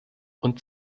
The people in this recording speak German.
und